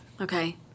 Okay